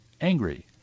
angry